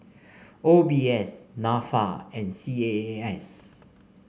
O B S NAFA and C A A S